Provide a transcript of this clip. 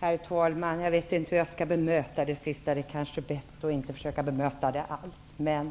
Herr talman! Jag vet inte hur jag skall bemöta det sista -- det kanske är bättre att inte försöka bemöta det alls. Jag vill